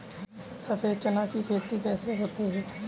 सफेद चना की खेती कैसे होती है?